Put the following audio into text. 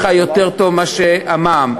הכנסה זה מנוע צמיחה יותר טוב מאשר ביטול המע"מ,